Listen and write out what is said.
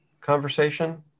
conversation